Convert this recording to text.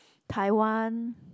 Taiwan